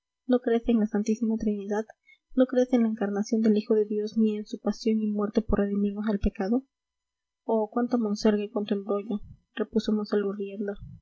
no crees en la santísima trinidad no crees en la encarnación del hijo de dios ni en su pasión y muerte por redimirnos del pecado oh cuánta monserga y